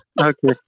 Okay